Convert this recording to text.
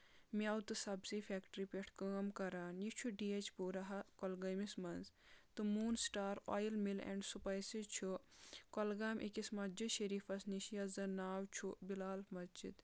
میوٕ تہٕ سبزی فیکٹری پؠٹھ کٲم کران یہِ چھُ ڈی ایچ پوٗراہا کۄلگٲمِس منٛز تہٕ Moon Star Oil Mill and Spices چھُ کۄلگام أکِس مسجِد شریٖفس نِش یتھ زَن ناو چھُ بِلال مسجِد